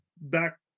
back